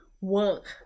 work